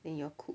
then your cook